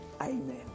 Amen